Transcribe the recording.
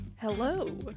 Hello